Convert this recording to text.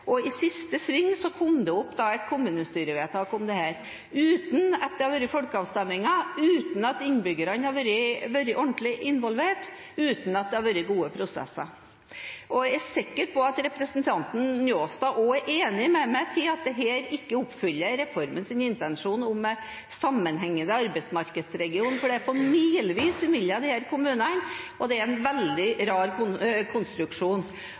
og i siste sving kom det opp et kommunestyrevedtak om dette, uten at det hadde vært folkeavstemning, uten at innbyggerne hadde vært ordentlig involvert, og uten at det hadde vært gode prosesser. Jeg er sikker på at representanten Njåstad er enig med meg i at dette ikke oppfyller reformens intensjon om en sammenhengende arbeidsmarkedsregion, for det er milevis mellom disse kommunene, og det er en veldig rar konstruksjon.